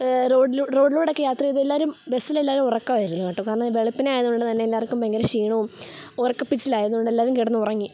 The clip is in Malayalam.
റോഡിലൂ റോഡിലൂടെ ഒക്കെ യാത്ര ചെയ്തു എല്ലാവരും ബസ്സിൽ എല്ലാവരും ഉറക്കമായിരുന്നു കേട്ടോ കാരണം ഈ വെളുപ്പിനെ ആയതുകൊണ്ട് തന്നെ എല്ലാവർക്കും ഭയങ്കര ക്ഷീണവും ഉറക്കപിച്ചിലായതുകൊണ്ട് എല്ലാവരും കിടന്നുറങ്ങി